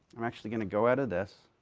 i'm actually going to go out of this.